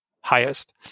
highest